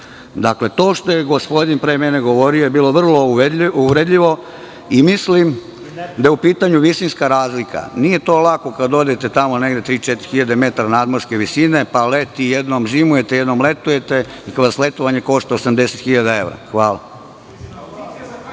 godine? Dakle, to što je gospodin pre mene govorio je bilo vrlo uvredljivo i mislim da je u pitanju visinska razlika. Nije lako kada odete tamo negde 3000-4000 metara nadmorske visine, pa jednom zimujete, jednom letujete i kada vas letovanje košta 80.000 evra. Hvala.